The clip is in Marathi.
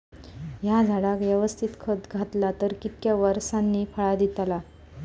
हया झाडाक यवस्तित खत घातला तर कितक्या वरसांनी फळा दीताला?